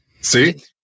See